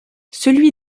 celui